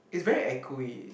is very echo-y